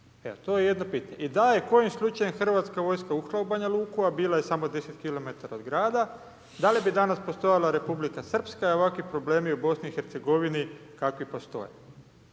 Evo, to je jedno pitanje. I da je kojim slučajem hrvatska vojska ušla u Banja Luku a bila je samo 10 km od grada, da li bi danas postojala Republika Srpska i ovakvi problemi u BiH-u kakvi postoje?